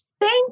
Thank